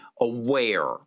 aware